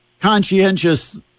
conscientious